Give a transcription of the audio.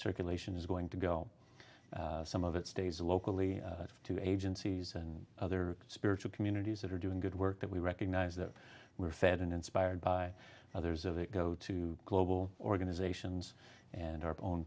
circulation is going to go some of it stays locally to agencies and other spiritual communities that are doing good work that we recognize that we are fed and inspired by others of it go to global organizations and our own